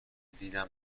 دیدم